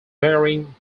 burying